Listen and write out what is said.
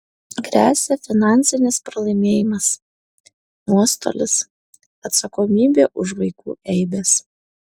gresia finansinis pralaimėjimas nuostolis atsakomybė už vaikų eibes